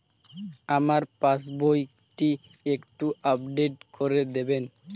আমার পাসবই টি একটু আপডেট করে দেবেন?